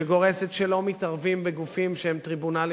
שגורסת שלא מתערבים בגופים שהם טריבונלים